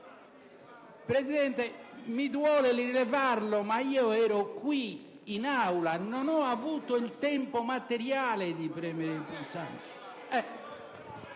Presidente, mi duole rilevarlo, ma io ero qui in Aula: non ho avuto il tempo materiale di premere il pulsante.